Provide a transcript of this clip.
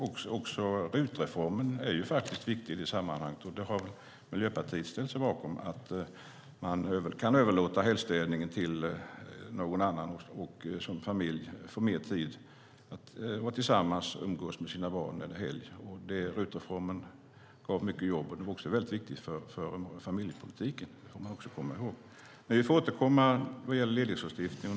Också RUT-reformen är viktig i sammanhanget, och Miljöpartiet har ställt sig bakom att man kan överlåta helgstädningen till någon annan och som familj få mer tid att vara tillsammans och umgås. RUT-reformen gav mycket jobb, men den var också väldigt viktig för familjepolitiken. Det ska vi också komma ihåg. Vi får återkomma när det gäller ledighetslagstiftningen.